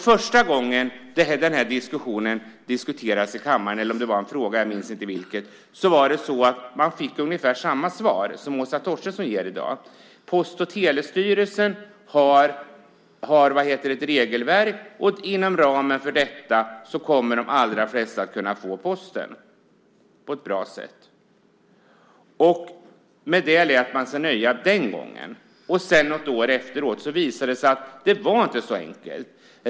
Första gången det här diskuterades i kammaren, eller om det var en fråga, jag minns inte vilket, fick man ungefär samma svar som Åsa Torstensson ger i dag. Post och telestyrelsen har ett regelverk, och inom ramen för detta kommer de allra flesta att kunna få posten på ett bra sätt. Den gången lät man sig nöjas med det. Sedan, något år efteråt, visade det sig att det inte var så enkelt.